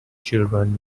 children